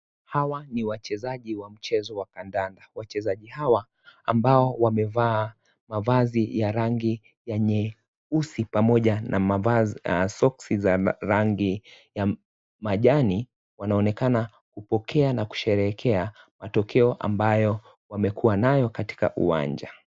Hawa ni wachezaji wa mchezo wa kandanda, wachezaji hawa ambao wamevaa mavazi ya rangi ya nyeusi pamoja na mavazi soksi za rangi ya majani wanaonekana kupokea na kusherehekea matokeo ambayo wamekuwa nayo katika uwanja.